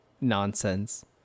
nonsense